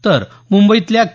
तर मुंबईतल्या के